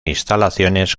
instalaciones